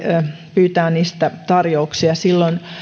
pyytää niistä tarjouksia silloin